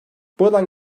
buradan